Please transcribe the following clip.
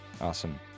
Awesome